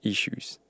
issues